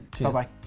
Bye-bye